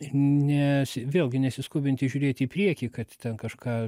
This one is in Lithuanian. nes vėlgi nesiskubinti žiūrėti į priekį kad ten kažką